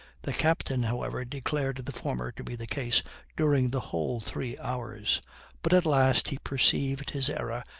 the captain, however, declared the former to be the case during the whole three hours but at last he perceived his error,